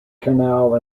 canal